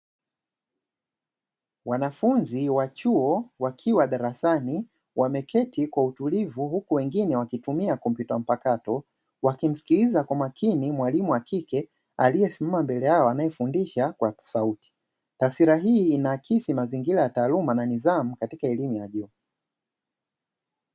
Wanafunzi wa chuo wakiwa darasani wameketi kwa utulivu, huku wengine wakitumia kompyuta mpakato, wakimsikiliza kwa makini mwalimu wa kike aliyesimama mbele yao anayefundisha kwa sauti. Taswira hii inaakisi mazingira ya taaluma na nidhamu katika elimu ya juu.